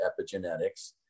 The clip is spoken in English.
epigenetics